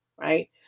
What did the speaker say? right